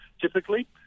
typically